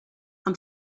amb